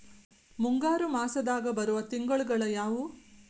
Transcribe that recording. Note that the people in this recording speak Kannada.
ಮುಂಗಾರು ಮಾಸದಾಗ ಬರುವ ತಿಂಗಳುಗಳ ಯಾವವು?